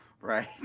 right